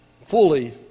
fully